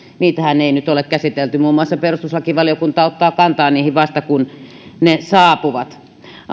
niitähän ei nyt ole käsitelty muun muassa perustuslakivaliokunta ottaa kantaa niihin vasta kun ne saapuvat